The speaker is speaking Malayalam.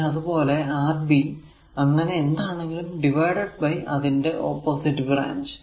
പിന്നെ അതുപോലെ Rb അങ്ങനെ എന്താണെങ്കിലും ഡിവൈഡഡ് ബൈ അതിന്റെ ഓപ്പോസിറ്റ് ബ്രാഞ്ച്